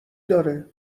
داره